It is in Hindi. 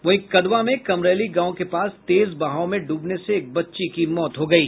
वहीं कदवा में कमरैली गांव के पास तेज बहाव में डूबने से एक बच्ची की मौत हो गयी